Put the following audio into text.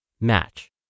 Match